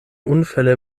unfälle